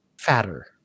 fatter